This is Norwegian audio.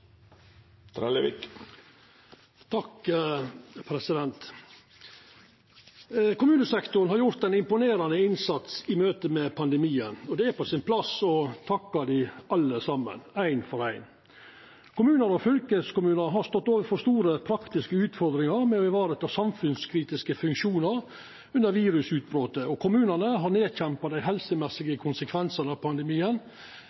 Kommunesektoren har gjort ein imponerande innsats i møte med pandemien. Det er på sin plass å takka alle saman, ein for ein. Kommunar og fylkeskommunar har stått overfor store praktiske utfordringar med å vareta samfunnskritiske funksjonar under virusutbrotet, og kommunane har nedkjempa dei